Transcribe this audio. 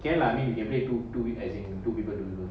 then lah I mean you can relate to do with as in do people don't know